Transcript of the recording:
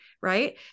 right